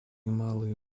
малые